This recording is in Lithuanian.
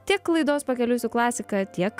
tiek laidos pakeliui su klasika tiek